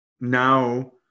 Now